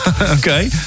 Okay